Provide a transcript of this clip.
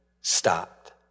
stopped